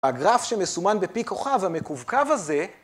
הגרף שמסומן בפי כוכב, המקווקוו הזה...